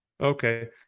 Okay